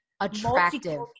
attractive